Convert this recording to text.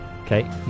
Okay